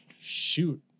shoot